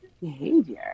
behavior